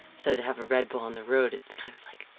so to have a red bull on the road it's kind of like,